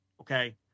Okay